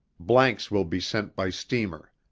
blanks will be sent by steamer.